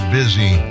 busy